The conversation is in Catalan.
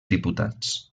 diputats